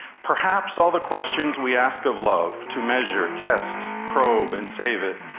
perhaps all the questions we ask of love, to measure, test, probe and save it,